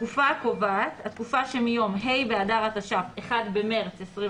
"התקופה הקובעת" התקופה שמיום ה' באדר התש"ף (1 במרס 2020)